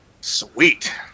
Sweet